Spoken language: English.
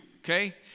okay